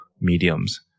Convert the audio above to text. mediums